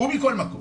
ומכל מקום